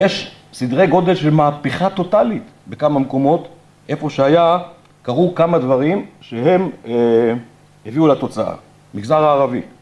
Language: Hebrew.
יש סדרי גודל של מהפכה טוטאלית בכמה מקומות. איפה שהיה, קרו כמה דברים שהם הביאו לתוצאה. מגזר הערבי-